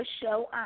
show